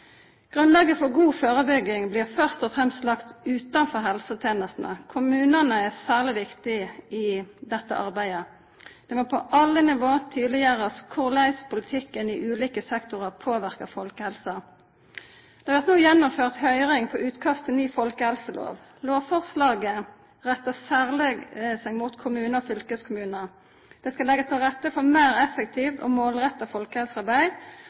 Grunnlaget for god førebygging blir først og fremst lagt utanfor helsetenestene. Kommunane er særleg viktige i dette arbeidet. Det må på alle nivå tydeleggjerast korleis politikken i ulike sektorar påverkar folkehelsa. Det blir no gjennomført høyring på utkast til ny folkehelselov. Lovforslaget rettar seg særleg mot kommunar og fylkeskommunar. Det skal leggjast til rette for meir effektivt og målretta folkehelsearbeid,